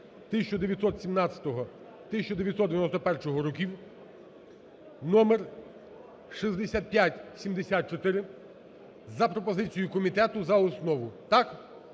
1917-1991 років (номер 6574) за пропозицією комітету за основу. Так?